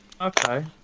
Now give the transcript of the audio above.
Okay